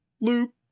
loop